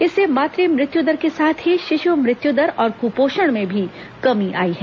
इससे मात्र मृत्यु दर के साथ ही शिशु मृत्यु दर और कुपोषण में भी कमी आई है